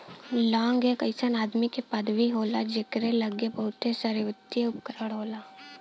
लांग एक अइसन आदमी के पदवी होला जकरे लग्गे बहुते सारावित्तिय उपकरण होला